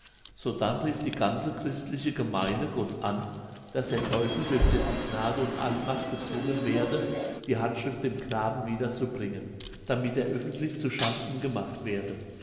sodann rief die ganze christliche gemeine gott an daß der teufel durch dessen gnade und allmacht gezwungen werde die handschrift dem knaben wieder zu bringen damit er öffentlich zu schanden gemacht werde